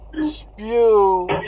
spew